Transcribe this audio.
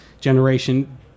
generation